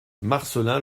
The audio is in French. marcelin